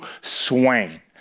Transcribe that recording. Swain